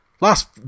Last